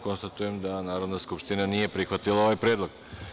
Konstatujem da Narodna skupština nije prihvatila ovaj predlog.